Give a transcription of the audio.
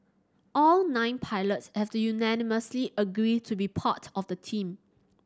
all nine pilots have to unanimously agree to be part of the team